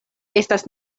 estas